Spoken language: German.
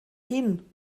hin